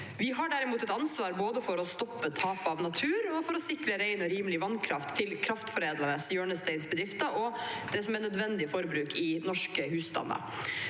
Vi har derimot et ansvar både for å stanse tap av natur og for å sikre rein og rimelig vannkraft til kraftforedlende hjørnesteinsbedrifter og nødvendig forbruk i norske husstander.